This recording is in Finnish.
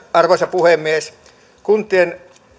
puhemies kuntien